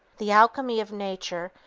the alchemy of nature,